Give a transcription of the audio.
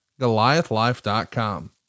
Goliathlife.com